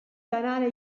canale